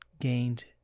gained –